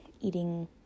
eating